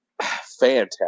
Fantastic